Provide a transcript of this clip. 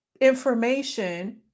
information